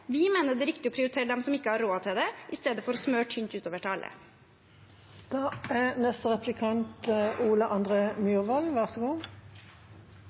Vi mener det er riktig å prioritere de som ikke har råd til det, istedenfor å smøre tynt utover